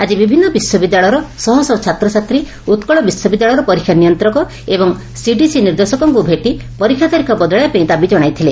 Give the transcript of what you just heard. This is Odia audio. ଆଜି ବିଭିନ୍ନ ବିଶ୍ୱବିଦ୍ୟାଳୟର ଶହ ଶହ ଛାତ୍ରଛାତ୍ରୀ ଉକୁଳ ବିଶ୍ୱବିଦ୍ୟାଳୟର ପରୀକ୍ଷା ନିୟନ୍ତକ ଏବଂ ସିଡିସି ନିର୍ଦ୍ଦେଶକଙ୍କୁ ଭେଟି ପରୀକ୍ଷା ତାରିଖ ବଦଳାଇବାପାଇଁ ଦାବି ଜଶାଇଥିଲେ